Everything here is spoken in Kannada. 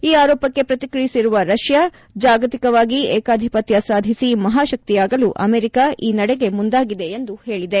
ಈ ಆರೋಪಕ್ಕೆ ಪ್ರತಿಕ್ರಿಯಿಸಿರುವ ರಷ್ಲಾ ಜಾಗತಿಕವಾಗಿ ಏಕಾಧಿಪತ್ತ ಸಾಧಿಸಿ ಮಹಾಶಕ್ತಿಯಾಗಲು ಅಮೆರಿಕಾ ಈ ನಡೆಗೆ ಮುಂದಾಗಿದೆ ಎಂದು ಹೇಳಿದೆ